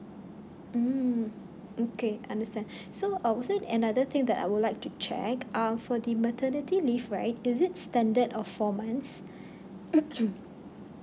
mm okay understand so uh was it another thing that I would like to check uh for the maternity leave right is it standard or four months